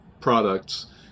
products